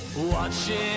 Watching